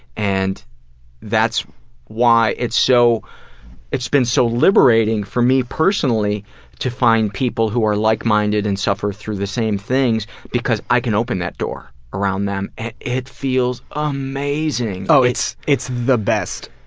and that's why it's so it's been so liberating for me personally to find people who are like-minded and suffer through the same things because i can open that door around them and it feels amazing. oh, it's it's the best.